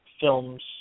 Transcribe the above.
films